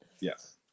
Yes